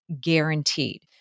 guaranteed